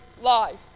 life